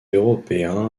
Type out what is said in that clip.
européen